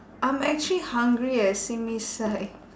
I'm actually hungry eh simi sai